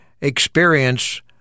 experience